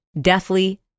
deathly